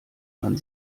man